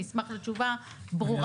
אני אשמח לתשובה ברורה.